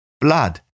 Blood